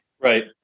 Right